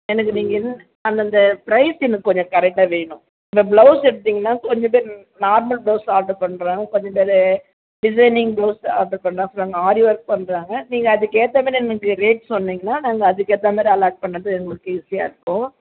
எனக்கு நீங்கள் இது அந்தந்த ப்ரைஸ்ஸு எனக்கு கொஞ்சம் கரெக்டாக வேணும் இந்த ப்ளவுஸ் எடுத்தீங்கனா கொஞ்சம் பேர் நார்மல் ப்ளவுஸ் ஆர்டர் பண்ணுறாங்க கொஞ்சம் பேர் டிசைனிங் ப்ளவுஸ் ஆர்டர் பண்ணுறாங்க அப்புறம் ஆரி ஒர்க் பண்ணுறாங்க நீங்கள் அதுக்கு ஏற்றா மாரி எனக்கு ரேட் சொன்னிங்கன்னா நாங்கள் அதுக்கு ஏற்றா மாரி அலர்ட் பண்ணுறது எங்களுக்கு ஈஸியாக இருக்கும்